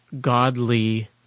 godly